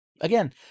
Again